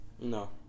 No